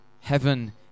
Heaven